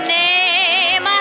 name